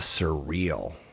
surreal